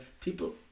people